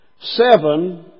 seven